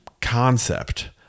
concept